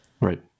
Right